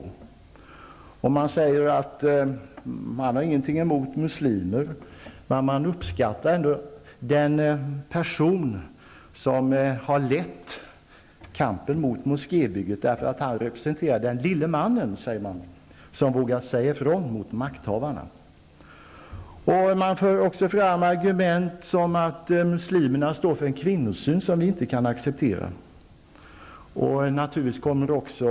Somliga säger att man visserligen inte har någonting emot muslimer men att man ändå uppskattar den person som leder kampen mot moskébygget, därför att han är den lille mannen som vågar säga ifrån mot makthavarna. Ytterligare ett argument mot moskébygget som ofta framförs är att man inte kan acceptera den kvinnosyn som muslimerna står för.